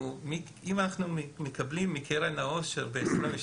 אם אנחנו מקבלים מקרן העושר ב-2022,